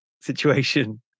situation